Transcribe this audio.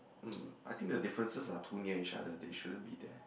mm I think the differences are too near each other they shouldn't be there